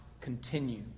continue